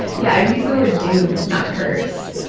yeah i would use the word doomed, not cursed.